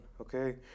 okay